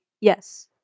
yes